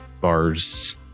bar's